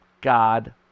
God